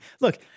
look